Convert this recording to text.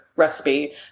Recipe